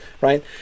right